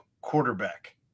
quarterback